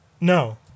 No